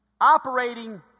operating